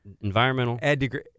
Environmental